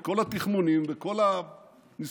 כל התחמונים וכל הניסיונות.